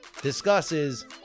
discusses